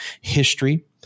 history